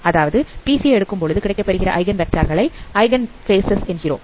அதாவது பிசிஏ எடுக்கும் பொழுது கிடைக்கப் பெறுகிற ஐகன் வெக்டார் களை ஐகன் பேசஸ் என்கிறோம்